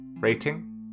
Rating